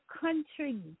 country